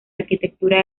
arquitectura